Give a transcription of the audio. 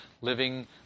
living